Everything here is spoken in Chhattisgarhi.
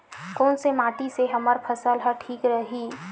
कोन से माटी से हमर फसल ह ठीक रही?